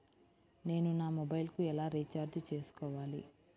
నేను నా మొబైల్కు ఎలా రీఛార్జ్ చేసుకోవాలి?